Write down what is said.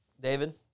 David